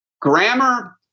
Grammar